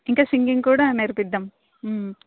ఇంకా సింగింగ్ కూడా నేర్పిద్దాం